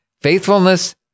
faithfulness